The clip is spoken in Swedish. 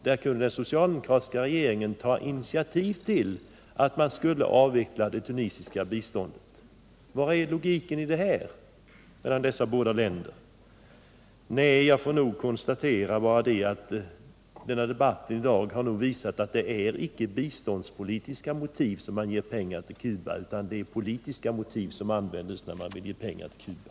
Där kunde den socialdemokratiska regeringen ta initiativ till avveckling av det tunisiska biståndet. Var är logiken när det gäller dessa båda länder? Jag får konstatera att debatten i dag har visat att det inte är biståndspolitiska motiv utan politiska motiv som gör att socialdemokraterna vill ge pengar till Cuba.